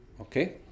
Okay